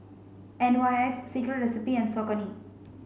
N Y X Secret Recipe and Saucony